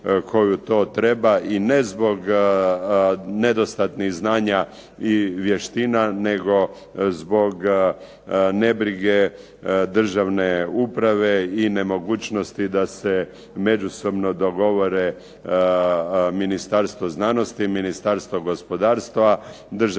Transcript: koju to treba i ne zbog nedostatnih znanja i vještina, nego zbog nebrige državne uprave, i nemogućnosti da se međusobno dogovore Ministarstvo znanosti, Ministarstvo gospodarstva, Državni zavod